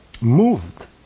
moved